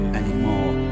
anymore